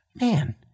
man